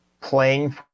playing